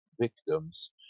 victims